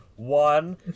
One